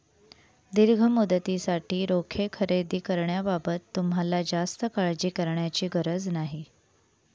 दीर्घ मुदतीसाठी रोखे खरेदी करण्याबाबत तुम्हाला जास्त काळजी करण्याची गरज नाही